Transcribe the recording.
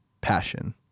passion